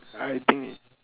I think